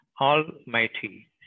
almighty